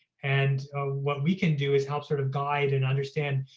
and what we can do is help sort of guide and understand,